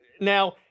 now